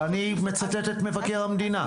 אבל אני מצטט את מבקר המדינה,